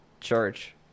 church